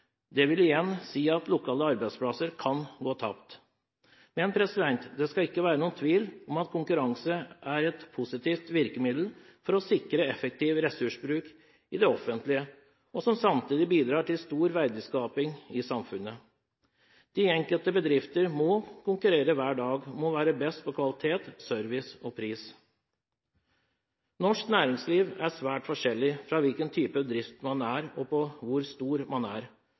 Det vil igjen si at lokale arbeidsplasser kan gå tapt. Men det skal ikke være noen tvil om at konkurranse er et positivt virkemiddel for å sikre effektiv ressursbruk i det offentlige, og som samtidig bidrar til stor verdiskaping i samfunnet. De enkelte bedrifter må konkurrere hver dag og være best på kvalitet, service og pris. Norsk næringsliv er svært forskjellig ut fra hvilken type bedrift man har, og hvor stor den er.